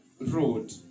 road